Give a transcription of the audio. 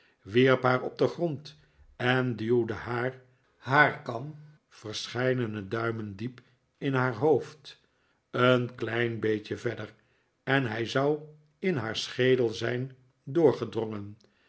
haar op den grond en duwde haar haarkam verscheidene duimen diep in haar hoofd een klein eindje verder en hij zou in haar schedel zijn doorgedrongen